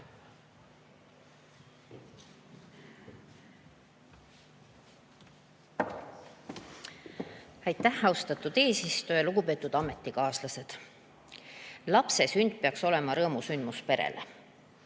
Aitäh, austatud eesistuja! Lugupeetud ametikaaslased! Lapse sünd peaks olema rõõmusündmus perele.